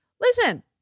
Listen